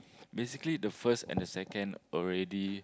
basically the first and the second already